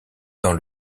dans